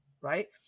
right